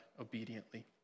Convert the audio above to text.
obediently